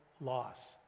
loss